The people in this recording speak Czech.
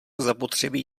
zapotřebí